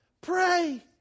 Pray